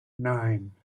nine